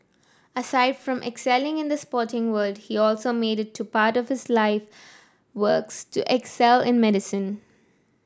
aside from excelling in the sporting world he also made it to part of his life works to excel in medicine